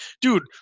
Dude